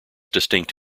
distinct